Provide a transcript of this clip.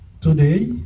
today